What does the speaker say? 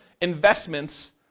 investments